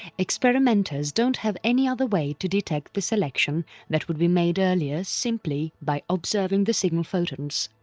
experimenters don't have any other way to detect the selection that would be made earlier simply by observing the signal photons,